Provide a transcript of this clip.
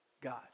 God